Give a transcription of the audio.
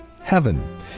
heaven